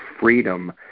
freedom